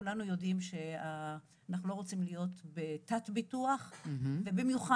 כולנו יודעים שאנחנו לא רוצים להיות בתת ביטוח ובמיוחד